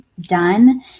done